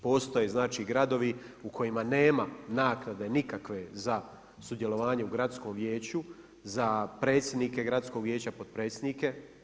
Postoje gradovi u kojima nema naknade, nikakve za sudjelovanje u gradskom vijeću, za predsjednike gradskom vijeća potpredsjednike.